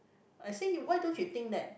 I say why don't you think that